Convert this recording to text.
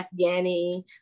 Afghani